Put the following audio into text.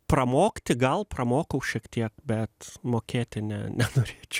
pramokti gal pramokau šiek tiek bet mokėti ne nenorėčiau